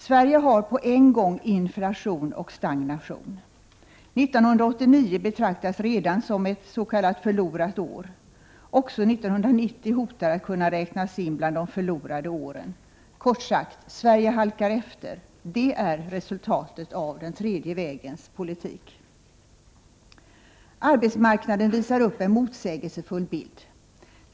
Sverige har på en gång inflation och stagnation. 1989 betraktas redan som ett ”förlorat år”. Också 1990 hotar att kunna räknas in bland de förlorade åren. Kort sagt: Sverige halkar efter. Det är resultatet av den tredje vägens politik. Arbetsmarknaden visar upp en motsägelsefull bild.